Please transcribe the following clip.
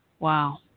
Wow